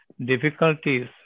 difficulties